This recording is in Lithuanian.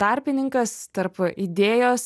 tarpininkas tarp idėjos